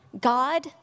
God